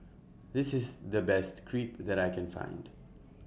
This IS The Best Crepe that I Can Find